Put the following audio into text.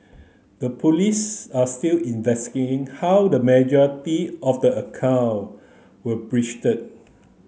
the Police are still investigating how the majority of the account were breached